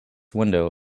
window